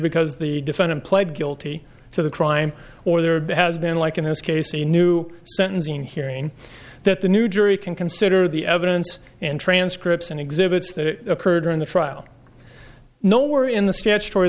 because the defendant pled guilty to the crime or there has been like in his case a new sentencing hearing that the new jury can consider the evidence and transcripts and exhibits that occurred during the trial nowhere in the statutory